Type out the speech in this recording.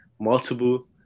multiple